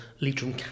Leitrim